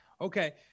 Okay